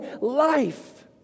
life